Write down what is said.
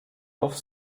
auf